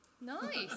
Nice